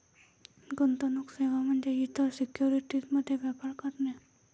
गुंतवणूक सेवा म्हणजे इतर सिक्युरिटीज मध्ये व्यापार करणे